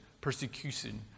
persecution